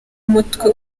umutwe